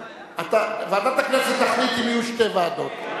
בעד, אין מתנגדים,